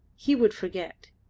he would forget.